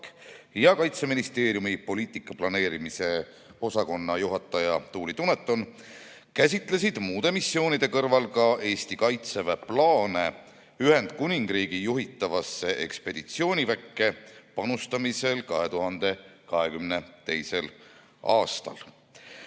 ja Kaitseministeeriumi poliitika planeerimise osakonna juhataja Tuuli Duneton käsitlesid muude missioonide kõrval ka Eesti Kaitseväe plaane Ühendkuningriigi juhitavasse ekspeditsiooniväkke panustamisel 2022. aastal.